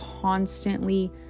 constantly